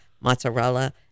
mozzarella